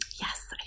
Yes